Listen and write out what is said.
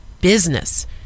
business